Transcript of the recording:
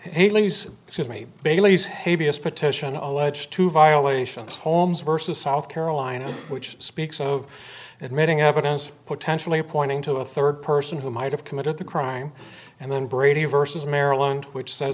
give me bailey's habeas petition alleged to violations holmes versus south carolina which speaks of admitting evidence potentially pointing to a third person who might have committed the crime and then brady versus maryland which says